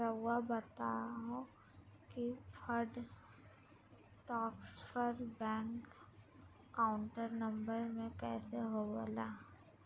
रहुआ बताहो कि fund transfer bank account number में कैसे होबेला?